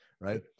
right